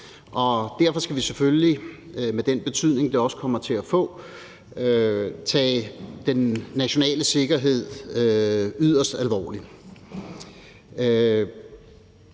kommer til at få, tage den nationale sikkerhed yderst alvorligt.